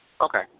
Okay